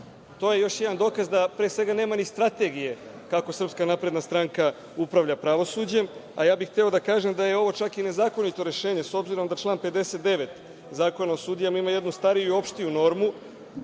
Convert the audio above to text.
je još jedan dokaz da pre svega nema ni strategije kako Srpska napredna stranka upravlja pravosuđem, a ja bih hteo da kažem da je ovo čak i nezakonito rešenje, s obzirom da član 59. Zakona o sudijama ima jednu stariju i opštiju normu,